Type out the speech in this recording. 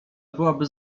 byłaby